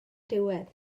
diwedd